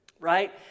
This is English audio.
right